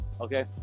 okay